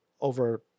over